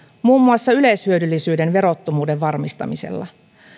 muun muassa yleishyödyllisyyden verottomuuden varmistamisella